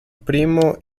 primo